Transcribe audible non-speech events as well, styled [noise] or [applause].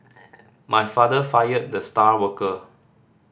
[noise] my father fired the star worker